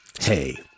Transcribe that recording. Hey